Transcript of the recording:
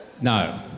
No